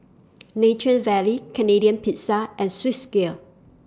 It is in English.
Nature Valley Canadian Pizza and Swissgear